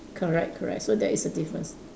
correct correct so that is a difference